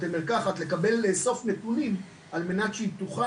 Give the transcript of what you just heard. בתי מרקחת לאסוף נתונים על מנת שהיא תוכל